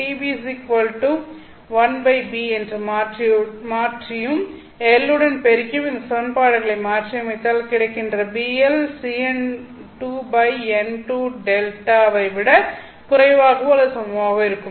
Tb 1B என்று மாற்றியும் L உடன் பெருக்கியும் இந்த சமன்பாடுகளை மாற்றியமைத்தால் கிடைக்கின்ற BL cn2 n 2Δ ஐ விடக் குறைவாகவோ அல்லது சமமாகவோ இருக்கும்